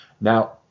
Now